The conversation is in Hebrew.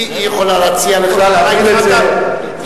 היא יכולה להציע לך להפיל את זה.